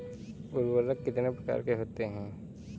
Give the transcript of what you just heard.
उर्वरक कितने प्रकार के होते हैं?